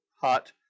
hot